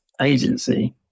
agency